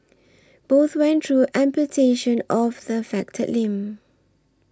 both went through amputation of the affected limb